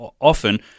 often